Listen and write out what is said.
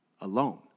alone